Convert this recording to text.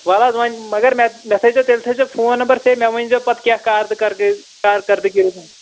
وَلہٕ حظ وۄنۍ مگر مےٚ مےٚ تھٲیزیو تیٚلہِ تھٲیزیو فون نمبر سیو مےٚ ؤنۍزیو پَتہٕ کیٛاہ کاردٕ کرگٔے کارکردٕگی